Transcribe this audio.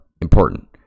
important